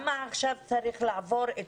למה עכשיו צריך לעבור?